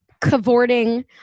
cavorting